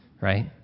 Right